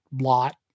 lot